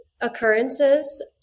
occurrences